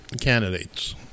candidates